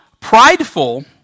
prideful